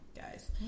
guys